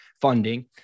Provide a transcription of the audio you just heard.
funding